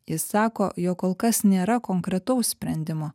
jis sako jog kol kas nėra konkretaus sprendimo